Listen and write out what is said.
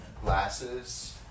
glasses